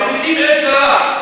אתם מציתים אש זרה.